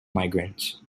migrants